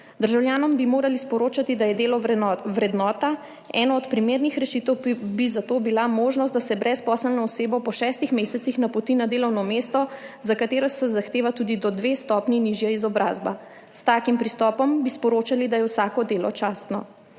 Državljanom bi morali sporočati, da je delo vrednota, ena od primernih rešitev bi zato bila možnost, da se brezposelno osebo po šestih mesecih napoti na delovno mesto, za katero se zahteva tudi do dve stopnji nižja izobrazba. S takim pristopom bi sporočali, da je vsako delo častno.